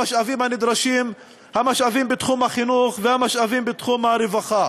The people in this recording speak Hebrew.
המשאבים הנדרשים בתחום החינוך והמשאבים בתחום הרווחה.